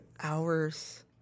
Hours